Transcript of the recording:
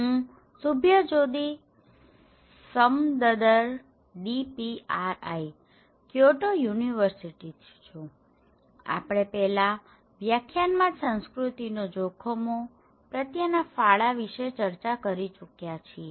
હુ Subhajyoti Samaddar DPRI Kyoto university થી છુ આપણે પેલા વ્યાખ્યાનમાં જ સઁસ્કૃતિનો જોખમો પ્રત્યેના ફાળા વિશે ચર્ચા કરી ચૂકયા છીએ